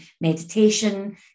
meditation